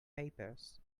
papers